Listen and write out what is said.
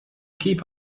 keep